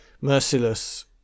merciless